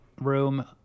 room